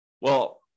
well-